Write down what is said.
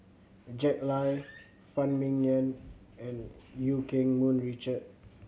Jack Lai Phan Ming Yen and Eu Keng Mun Richard